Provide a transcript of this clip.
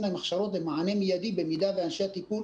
להם הכשרות למענה מיידי למקרה שאנשי הטיפול